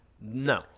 No